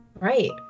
Right